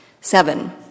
Seven